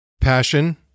Passion